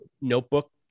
notebook